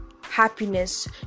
happiness